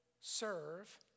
serve